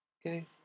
Okay